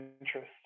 interest